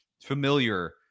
familiar